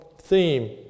theme